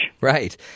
Right